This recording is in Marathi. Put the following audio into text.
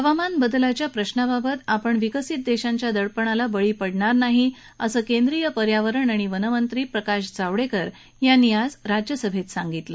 हवामान बदलाच्या प्रश्नाबाबत आपण विकसित देशांच्या दडपणाला बळी पडणार नाही असं केंद्रीय पर्यावरण आणि वनमंत्री प्रकाश जावडेकर यांनी आज राज्यसभेत सांगितलं